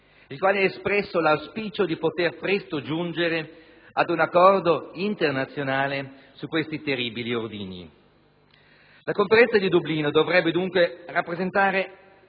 il quale ha espresso l'auspicio di poter presto giungere ad un accordo internazionale su questi terribili ordigni. La Conferenza di Dublino dovrebbe, dunque, rappresentare